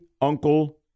Uncle